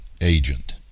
agent